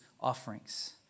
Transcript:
offerings